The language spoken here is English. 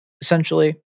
Essentially